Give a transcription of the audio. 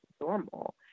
normal